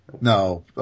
No